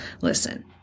Listen